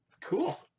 Cool